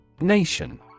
Nation